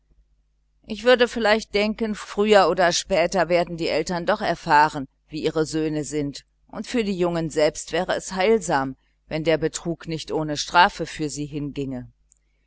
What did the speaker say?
ich würde vielleicht denken früher oder später werden die eltern doch erfahren wie ihre söhne sind und für die jungen selbst wäre es heilsam wenn der betrug nicht ohne strafe für sie hinginge